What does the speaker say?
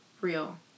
Real